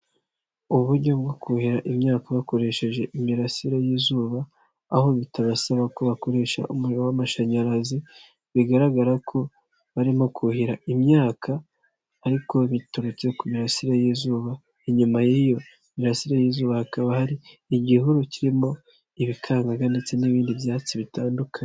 Uburyo bwo kuhira imyaka bakoresheje imirasire y'izuba, aho bitabasaba ko bakoresha umuriro w'amashanyarazi bigaragara ko barimo kuhira imyaka ariko biturutse ku mirasire y'izuba, inyuma y'iyo mirasire y'izuba hakaba hari igihuru kirimo ibikangaga ndetse n'ibindi byatsi bitandukanye.